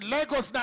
Lagos